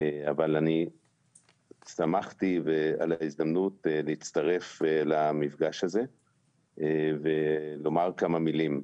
אבל אני שמחתי על ההזדמנות להצטרף למפגש הזה ולומר כמה מילים.